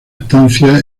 estancia